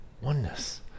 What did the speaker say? oneness